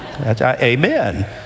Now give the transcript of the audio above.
amen